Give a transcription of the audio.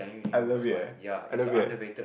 I love it eh I love it eh